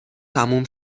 تموم